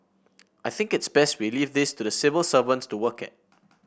I think it's best we leave this to the civil servants to work at